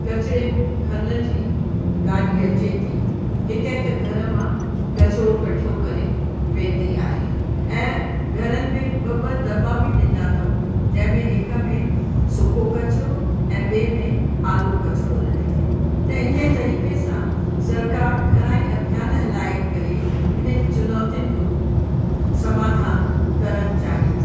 किचिरे खणण जी गाॾी अचे थी हिकु हिकु घर मां किचिरो इकठो करे वेंदी आहे ऐं घरनि में ॿ ॿ दॿा बि ॾिना अथऊं जंहिं में हिक में सुको किचिरो ऐं ॿिएं में आलो किचिड़ो रखिजे त हिन तरीक़े सां सरकारि घणा ही अभ्यान लाइ करे इन्हनि चुनौतियुनि जो समाधान करण चाहे थी